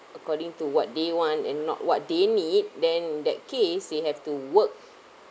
according to what they want and not what they need then in that case you have to work